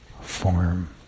form